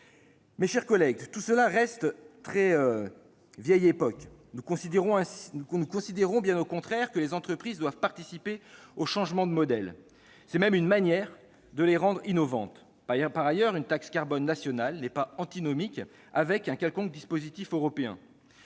Mes chers collègues, tout cela reste très « vieille époque »! Ah ! Nous considérons bien au contraire que les entreprises doivent participer au changement de modèle environnemental. C'est même la manière de les rendre innovantes. Par ailleurs, une taxe carbone nationale n'est pas antinomique avec un quelconque dispositif européen.